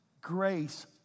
grace